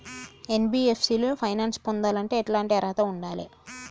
NBFC లో finance పొందాలంటే ఎట్లాంటి అర్హత ఉండాలే?